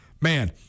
man